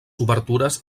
obertures